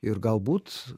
ir galbūt